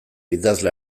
idazle